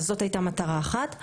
זאת הייתה מטרה אחת.